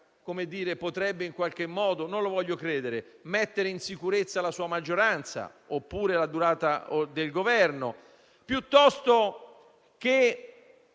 potrebbe in qualche modo mettere in sicurezza la sua maggioranza, oppure la durata del Governo. Qualche